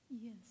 Yes